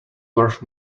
worth